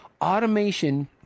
automation